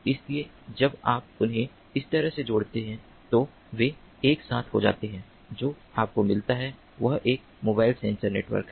इसलिए जब आप उन्हें इस तरह से जोड़ते हैं तो वे एक साथ हो जाते हैं जो आपको मिलता है वह एक मोबाइल सेंसर नेटवर्क है